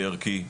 וערכי,